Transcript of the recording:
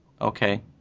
Okay